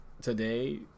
today